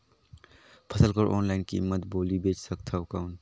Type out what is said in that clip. फसल कर ऑनलाइन कीमत बोली बेच सकथव कौन?